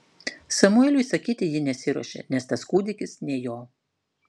samueliui sakyti ji nesiruošė nes tas kūdikis ne jo